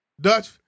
Dutch